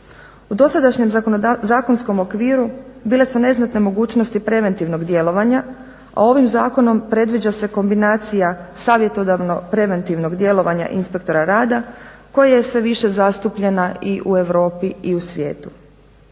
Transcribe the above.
U dosadašnjem zakonskom okviru bile su neznatne mogućnosti preventivnog djelovanja, a ovim zakonom predviđa se kombinacija savjetodavno-preventivnog djelovanja inspektora rada koja je sve više zastupljena i u Europi i u svijetu.